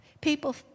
People